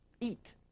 Eat